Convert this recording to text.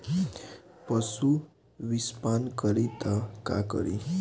पशु विषपान करी त का करी?